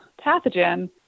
pathogen